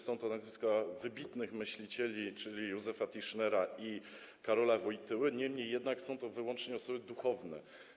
Są to nazwiska wybitnych myślicieli, Józefa Tischnera i Karola Wojtyły, niemniej jednak są to wyłącznie osoby duchowne.